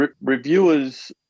reviewers